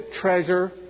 treasure